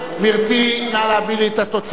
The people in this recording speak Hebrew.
גברתי, נא להביא לי את התוצאות.